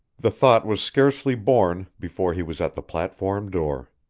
the thought was scarcely born before he was at the platform door.